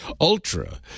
Ultra